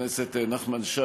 חבר הכנסת נחמן שי,